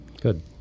good